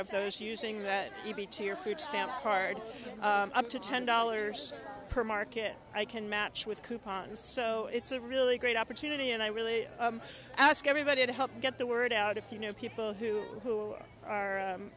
of those using that easy to your food stamp card up to ten dollars per market i can match with coupons so it's a really great opportunity and i really ask everybody to help get the word out if you know people who